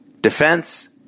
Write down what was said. defense